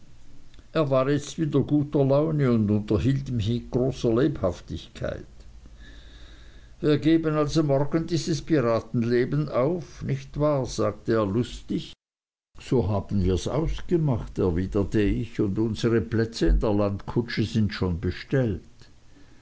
er war jetzt wieder guter laune und unterhielt mich mit großer lebhaftigkeit wir geben also morgen dieses piratenleben auf nicht wahr sagte er lustig so haben wirs ausgemacht erwiderte ich und unsre plätze in der landkutsche sind schon bestellt